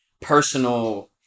personal